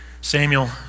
Samuel